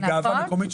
גאווה מקומית,